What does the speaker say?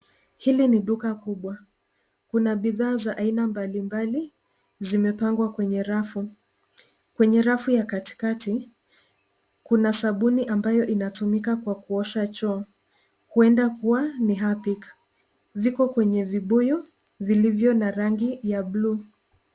Hili ni duka kubwa. Kuna bidhaa za aina mbalimbali zimepangwa kwenye rafu. Kwenye rafu ya katikati, kuna sabuni ambayo inatumika kwa kuosha choo, huenda kuwa ni hapik viko kwenye vibuyu vilivyo na rangi ya buluu.